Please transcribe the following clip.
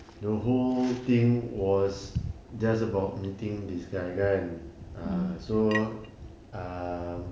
the whole thing was just about meeting this guy guy and err so err